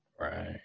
right